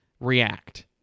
react